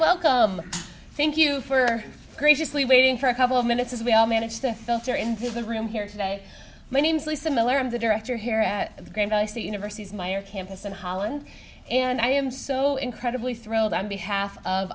welcome thank you for graciously waiting for a couple of minutes as we all managed to filter into the room here today my name's lisa millar i'm the director here at the grand valley state university's myer campus in holland and i am so incredibly thrilled on behalf of